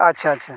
ᱟᱪᱪᱷᱟ ᱟᱪᱪᱷᱟ